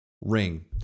ring